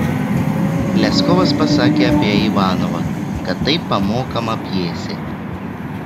leskovas pasakė apie ivanovą kad tai pamokoma pjesė